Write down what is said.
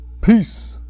Peace